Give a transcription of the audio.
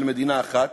של מדינה אחת,